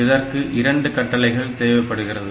இதற்கு இரண்டு கட்டளைகள் தேவைப்படுகிறது